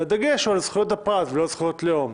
והדגש הוא על זכויות הפרט ולא על זכויות לאום.